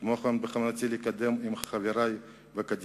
כמו כן, בכוונתי לקדם, עם חברי בקדימה,